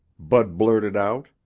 bud blurted out.